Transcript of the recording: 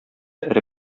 эре